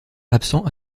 absent